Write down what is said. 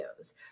videos